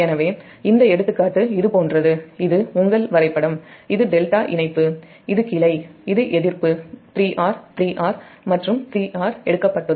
எனவே இந்த எடுத்துக்காட்டு இது போன்றது இது உங்கள் வரைபடம் இது டெல்டா இணைப்பு இது கிளை இது எதிர்ப்பு 3R 3R மற்றும் 3R எடுக்கப்பட்டது